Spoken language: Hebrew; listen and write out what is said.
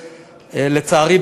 לצערי,